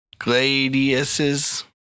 gladiuses